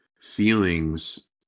feelings